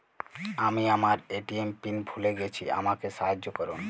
আমি আমার ATM pin ভুলে গেছি আমাকে সাহায্য করুন